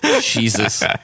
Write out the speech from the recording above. Jesus